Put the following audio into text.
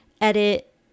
edit